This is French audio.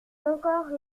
encore